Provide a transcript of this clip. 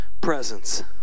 presence